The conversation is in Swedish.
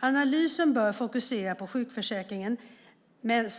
Analysen bör fokusera på sjukförsäkringen, men